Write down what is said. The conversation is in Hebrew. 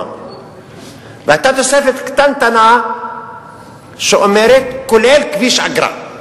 והיתה תוספת קטנטנה שאומרת: כולל כביש אגרה.